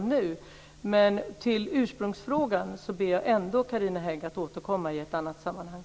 Men när det gäller ursprungsfrågan vill jag ändå be Carina Hägg att återkomma i ett annat sammanhang.